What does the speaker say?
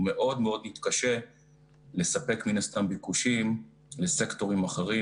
אנחנו מאוד-מאוד נתקשה לספק מן הסתם ביקושים לסקטורים אחרים,